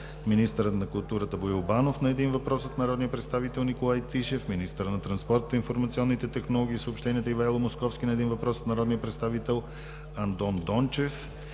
министърът на културата Боил Банов – на един въпрос от народния представител Николай Тишев; - министърът на транспорта, информационните технологии и съобщенията Ивайло Московски – на един въпрос от народния представител Андон Дончев;